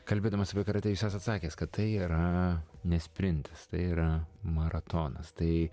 kalbėdamas apie karatę jūs esat sakęs kad tai yra ne sprintas tai yra maratonas tai